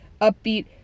upbeat